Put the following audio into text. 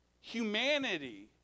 humanity